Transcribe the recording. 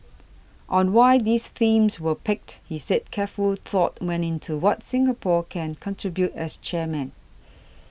on why these themes were picked he said careful thought went into what Singapore can contribute as chairman